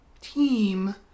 team